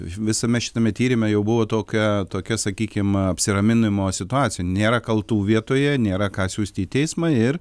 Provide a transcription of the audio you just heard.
visame šitame tyrime jau buvo tokia tokia sakykim apsiraminimo situacija nėra kaltų vietoje nėra ką siųsti į teismą ir